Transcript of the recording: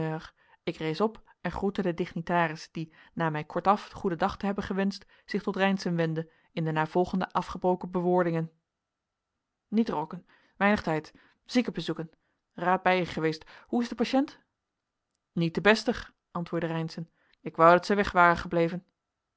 ik rees op en groette den dignitaris die na mij kortaf goeden dag te hebben gewenscht zich tot reynszen wendde in de navolgende afgebroken bewoordingen niet rooken weinig tijd zieken bezoeken raad bijeengeweest hoe is de patiënt niet te bestig antwoordde reynszen ik wou dat zij weg waren gebleven